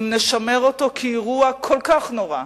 אם נשמר אותו כאירוע כל כך נורא,